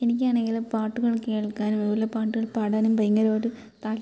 എനിക്കാണെങ്കിൽ പാട്ടുകൾ കേൾക്കാനും അതുപോലെ പാട്ടുകൾ പാടാനും ഭയങ്കരമായിട്ട് താൽപര്യം